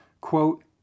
quote